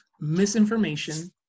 misinformation